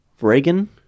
Reagan